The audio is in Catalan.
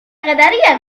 graderia